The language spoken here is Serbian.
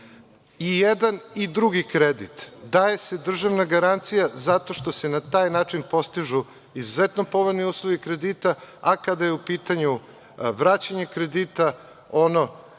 jedan i drugi kredit, daje se državna garancija zato što se na taj način postižu izuzetno povoljni uslovi kredita, a kada je u pitanju vraćanje kredita ono